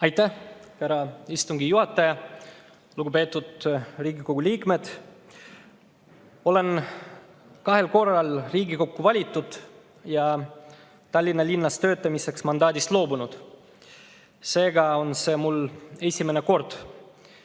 Aitäh, härra istungi juhataja! Lugupeetud Riigikogu liikmed! Olen kahel korral Riigikokku valitud ja Tallinna linnas töötamiseks mandaadist loobunud. Seega on see mul esimene kord